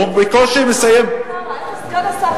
הוא בקושי מסיים, איפה סגן השר קרא?